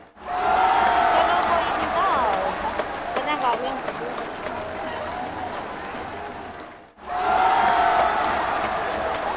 चलो कोई निं तां कदें कदालें सद्देआं खरी